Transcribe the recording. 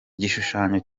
igishushanyo